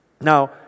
Now